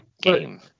game